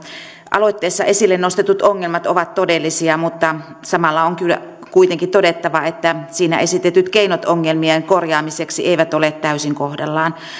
aloitteessa esille nostetut ongelmat ovat todellisia mutta samalla on kyllä kuitenkin todettava että siinä esitetyt keinot ongelmien korjaamiseksi eivät ole täysin kohdallaan